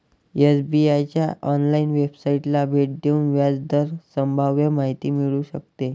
SBI च्या online वेबसाइटला भेट देऊन व्याज दर स्तंभावर माहिती मिळू शकते